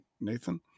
Nathan